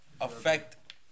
affect